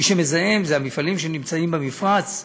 מה שמזהם זה המפעלים שנמצאים במפרץ,